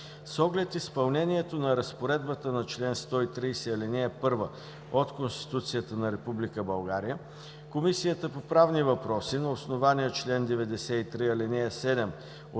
С оглед изпълнението на разпоредбата на чл. 130, ал. 1 от Конституцията на Република България, Комисията по правни въпроси на основание чл. 93, ал. 7 от